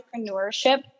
entrepreneurship